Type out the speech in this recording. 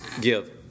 Give